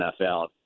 NFL